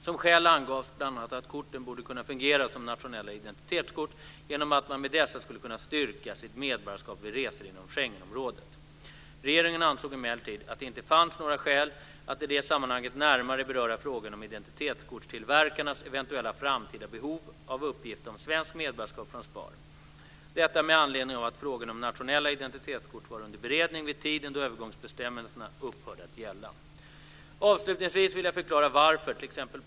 Som skäl angavs bl.a. att korten borde kunna fungera som nationella identitetskort genom att man med dessa skulle kunna styrka sitt medborgarskap vid resor inom Schengenområdet. Regeringen ansåg emellertid att det inte fanns några skäl att i det sammanhanget närmare beröra frågan om identitetskortstillverkarnas eventuella framtida behov av uppgift om svenskt medborgarskap från SPAR. Detta med anledning av att frågan om nationella identitetskort var under beredning vid tiden då övergångsbestämmelserna upphörde att gälla. Avslutningsvis vill jag förklara varför t.ex.